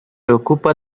ocupa